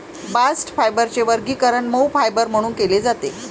bast फायबरचे वर्गीकरण मऊ फायबर म्हणून केले जाते